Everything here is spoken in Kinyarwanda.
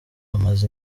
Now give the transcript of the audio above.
amaze